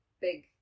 big